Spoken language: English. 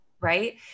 right